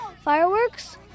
fireworks